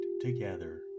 together